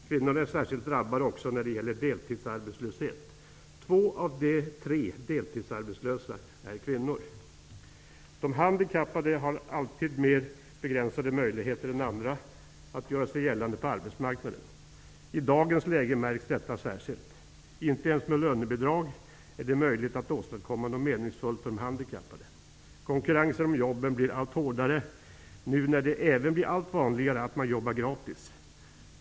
Kvinnorna är särskilt drabbade också när det gäller deltidsarbetslöshet. Två av tre deltidsarbetslösa är kvinnor. De handikappades möjligheter att göra sig gällande på arbetsmarknaden är alltid mer begränsade än andras möjligheter. I dagens läge märks detta särskilt. Inte ens med lönebidrag är det möjligt att åstadkomma något meningsfullt för de handikappade. Konkurrensen om jobben blir allt hårdare nu när det blir allt vanligare att man jogbbar gratis.